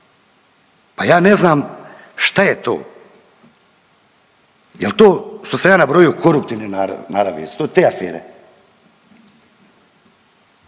pa ja ne znam šta je to. Jel to što sam ja nabrojio koruptivne naravi jesu to te afere?